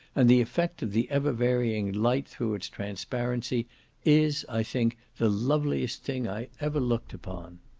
and the effect of the ever varying light through its transparency is, i think, the loveliest thing i ever looked upon.